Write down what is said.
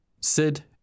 Sid